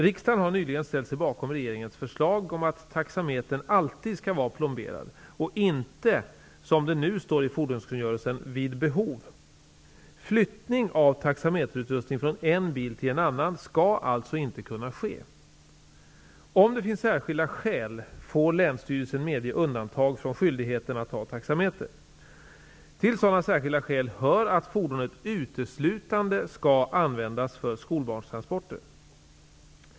Riksdagen har nyligen ställt sig bakom regeringens förslag om att taxametern alltid skall vara plomberad och inte, som det nu står i fordonskungörelsen, ''vid behov''. Flyttning av taxameterutrustning från en bil till en annan skall alltså inte kunna ske. Om det finns särskilda skäl får länsstyrelsen medge undantag från skyldigheten att ha en taxameter. Till sådana särskilda skäl hör att fordonet uteslutande skall användas för skolbarnstransporter.